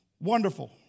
Wonderful